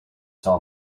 saw